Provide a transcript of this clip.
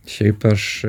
šiaip aš